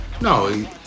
No